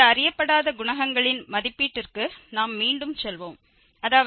இந்த அறியப்படாத குணகங்களின் மதிப்பீட்டிற்கு நாம் மீண்டும் செல்வோம் அதாவது b0 b1 மற்றும் b2